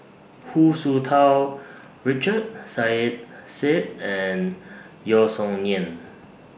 Hu Tsu Tau Richard Saiedah Said and Yeo Song Nian